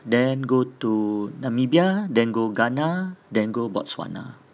then go to namibia then go ghana then go botswana